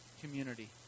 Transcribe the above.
community